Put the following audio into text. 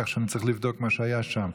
כך שאני צריך לבדוק מה שהיה שם.